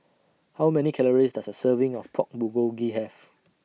How Many Calories Does A Serving of Pork Bulgogi Have